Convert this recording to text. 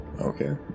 Okay